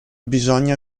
bisogna